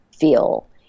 feel